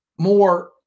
More